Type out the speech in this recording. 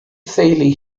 theulu